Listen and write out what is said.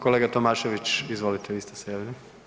Kolega Tomašević, izvolite, vi ste se javili.